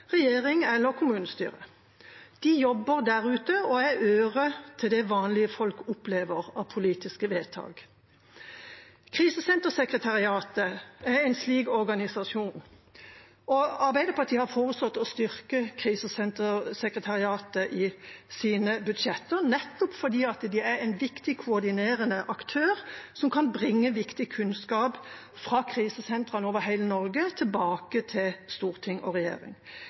regjering eller kommunestyre. De jobber der ute og er øret til det vanlige folk opplever av politiske vedtak. Krisesentersekretariatet er en slik organisasjon, og Arbeiderpartiet har foreslått å styrke Krisesentersekretariatet i sine budsjetter nettopp fordi de er en viktig koordinerende aktør som kan bringe viktig kunnskap fra krisesentrene over hele Norge, tilbake til storting og regjering.